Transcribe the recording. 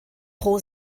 pro